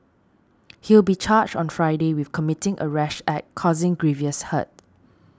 he will be charged on Friday with committing a rash act causing grievous hurt